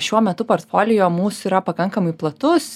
šiuo metu portfolio mūsų yra pakankamai platus